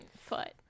Foot